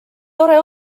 tore